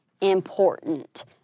important